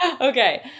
Okay